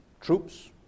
troops